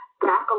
back